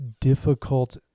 difficult